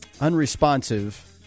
unresponsive